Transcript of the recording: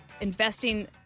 Investing